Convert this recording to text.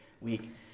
week